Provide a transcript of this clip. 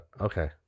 Okay